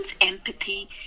empathy